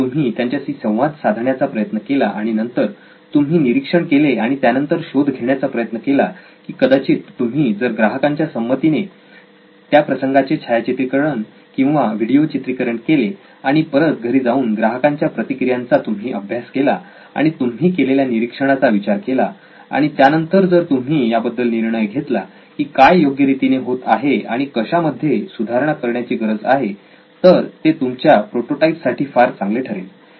जर तुम्ही त्यांच्याशी संवाद साधण्याचा प्रयत्न केला आणि नंतर तुम्ही निरीक्षण केले आणि त्यानंतर शोध घेण्याचा प्रयत्न केला की कदाचित तुम्ही जर ग्राहकांच्या संमतीने त्या प्रसंगाचे छायाचित्रीकरण किंवा व्हिडीओ चित्रीकरण केले आणि परत घरी येऊन ग्राहकांच्या प्रतिक्रियांचा तुम्ही अभ्यास केला आणि तुम्ही केलेल्या निरीक्षणाचा विचार केला आणि त्यानंतर जर तुम्ही याबद्दल निर्णय घेतला की काय योग्य रीतीने होत आहे आणि कशा मध्ये सुधारणा करण्याची गरज आहे तर ते तुमच्या प्रोटोटाइप साठी फार चांगले ठरेल